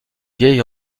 vieille